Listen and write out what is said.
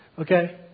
Okay